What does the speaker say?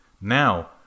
Now